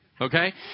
Okay